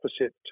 opposite